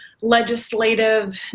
legislative